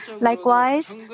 Likewise